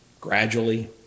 gradually